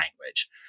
language